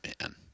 Man